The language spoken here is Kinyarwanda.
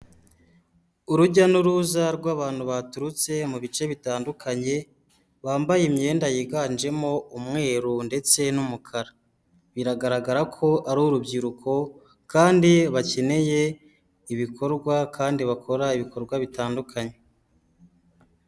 Urujya n'uruza rw'abantu baturutse mu bice bitandukanye, bambaye imyenda yiganjemo umweru ndetse n'umukara. Biragaragara ko ari urubyiruko kandi bakeneye ibikorwa kandi bakora ibikorwa bitandukanye.